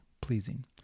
pleasing